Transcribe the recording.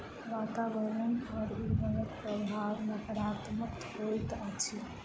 वातावरण पर उर्वरकक प्रभाव नाकारात्मक होइत अछि